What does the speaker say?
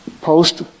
post